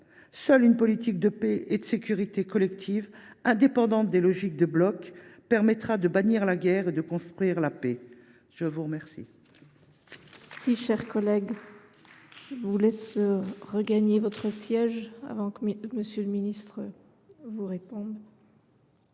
seule une politique de paix et de sécurité collective indépendante des logiques de blocs permettra de bannir la guerre et de construire la paix. La parole